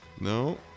No